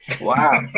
Wow